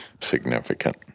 significant